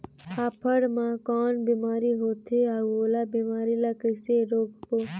फाफण मा कौन बीमारी होथे अउ ओला बीमारी ला कइसे रोकबो?